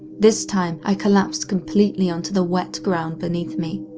this time, i collapsed completely onto the wet ground beneath me.